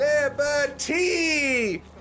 Liberty